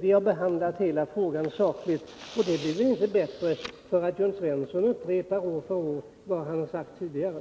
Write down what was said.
Vi har behandlat frågan sakligt, och det Jörn Svensson sagt tidigare blir inte bättre för att han upprepar det år efter